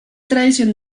tradición